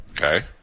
Okay